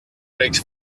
makes